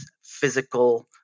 physical